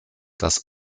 das